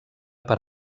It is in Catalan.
per